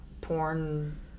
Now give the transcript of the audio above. porn